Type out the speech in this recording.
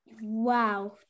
Wow